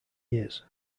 years